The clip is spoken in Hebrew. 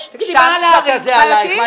יש שם דברים בעייתיים.